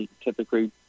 typically